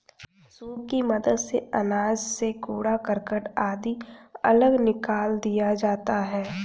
soup की मदद से अनाज से कूड़ा करकट आदि अलग निकाल दिया जाता है